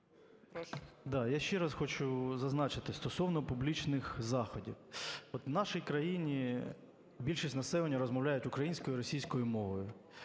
я ще раз хочу зазначити стосовно публічних заходів. От в нашій країні більшість населення розмовляють українською і російською мовою.